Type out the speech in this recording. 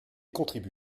contribue